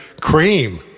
Cream